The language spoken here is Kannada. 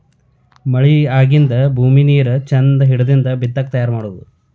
ಮಳಿ ಆಗಿಂದ ಭೂಮಿ ನೇರ ಚಂದ ಹಿಡದಿಂದ ಬಿತ್ತಾಕ ತಯಾರ ಮಾಡುದು